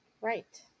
Right